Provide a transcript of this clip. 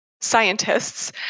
scientists